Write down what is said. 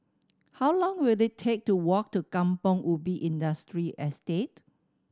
how long will it take to walk to Kampong Ubi Industrial Estate